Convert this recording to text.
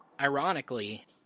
Ironically